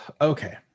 Okay